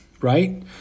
right